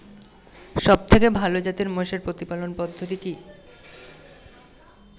সবথেকে ভালো জাতের মোষের প্রতিপালন পদ্ধতি কি?